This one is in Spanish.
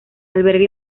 alberga